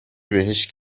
بهش